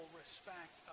respect